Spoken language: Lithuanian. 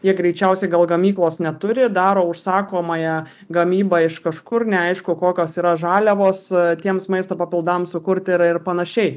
jie greičiausiai gal gamyklos neturi daro užsakomąją gamybą iš kažkur neaišku kokios yra žaliavos tiems maisto papildams sukurti ir ir panašiai